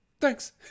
thanks